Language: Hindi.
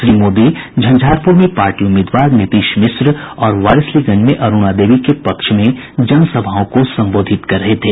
श्री मोदी झंझारपूर में पार्टी उम्मीदवार नीतीश मिश्र और वारिसलीगंज में अरूणा देवी के पक्ष में जनसभाओं को संबोधित कर रहे थे